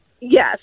Yes